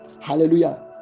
hallelujah